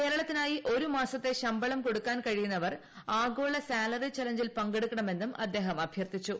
കേരളത്തിനായി ഒരു മാസ ശമ്പളം കൊടുക്കാൻ കഴിയുന്നവർ ആഗോള സാലറി ചലഞ്ചിൽ പങ്കെടുക്കണമെന്നും അദ്ദേഹം അഭ്യർത്ഥിച്ചു